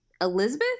Elizabeth